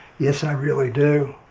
yes, i really do.